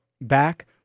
back